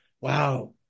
wow